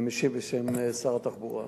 אני חושב שהמצב הכי